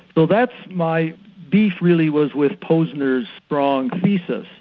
so that's my beef really was with posner's strong thesis,